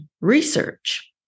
research